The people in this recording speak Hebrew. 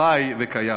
חי וקיים.